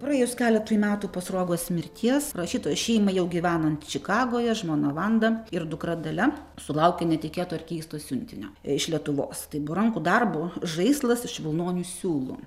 praėjus keletui metų po sruogos mirties rašytojo šeimai jau gyvenant čikagoje žmona vanda ir dukra dalia sulaukia netikėto ir keisto siuntinio iš lietuvos tai buvo rankų darbo žaislas iš vilnonių siūlų